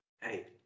Hey